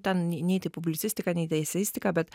ten nei tai publicistika nei tai eseistika bet